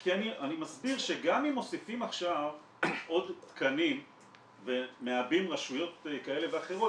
אני מסביר שגם אם מוסיפים עכשיו עוד תקנים ומעבים רשויות כאלה ואחרות,